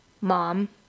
mom